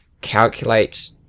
calculate